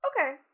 Okay